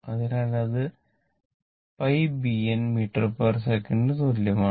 അതിനാൽ അത് πbn മീറ്റർസെക്കന്റിന്msec തുല്യമാണ്